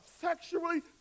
sexually